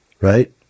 right